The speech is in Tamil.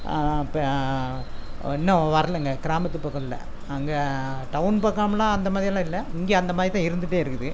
ப இன்னும் வரலைங்க கிராமத்து பக்கம் இல்லை அங்கே டவுன் பக்கம்லாம் அந்த மாதிரி எல்லாம் இல்லை இங்கே அந்த மாதிரி தான் இருந்துகிட்டே இருக்குது